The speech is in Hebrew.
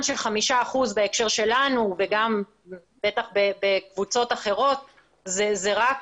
ש-5% בהקשר שלנו וגם בטח בקבוצות אחרות זה רק